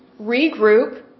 regroup